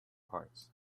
parts